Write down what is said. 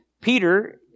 Peter